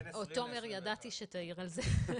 תומר, ידעתי שתעיר על זה.